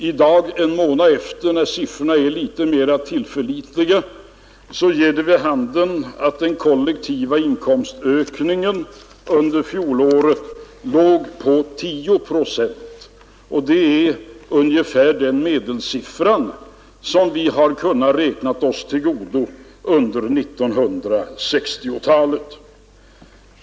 I dag, en månad senare, när siffrorna är litet mera tillförlitliga visar det sig, att den kollektiva inkomstökningen under fjolåret låg på 10 procent. Det är också ungefär den medelsiffra som vi kunnat räkna oss till godo under 1960-talet.